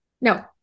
No